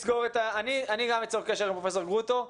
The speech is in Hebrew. אני גם אצור קשר עם פרופ' גרוטו.